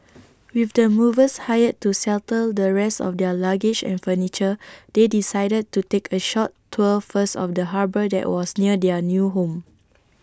with the movers hired to settle the rest of their luggage and furniture they decided to take A short tour first of the harbour that was near their new home